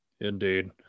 Indeed